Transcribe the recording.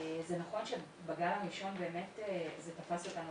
זה נכון שבגל הראשון באמת זה תפס אותנו